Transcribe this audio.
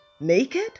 naked